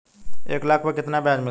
एक लाख पर कितना ब्याज मिलता है?